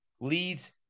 leads